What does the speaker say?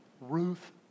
Ruth